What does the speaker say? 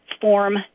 Form